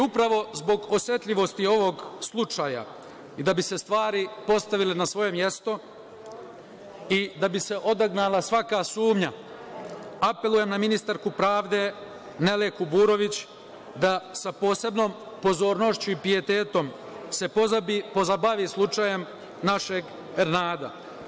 Upravo zbog osetljivosti ovog slučaja, da bi se stvari postavile na svoje mesto i da bi se odagnala svaka sumnja, apelujem na ministarku pravde Nelu Kuburović da sa posebnom pozornošću i pijetetom se pozabavi slučajem našeg Ernada.